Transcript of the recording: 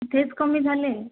इथेच कमी झाले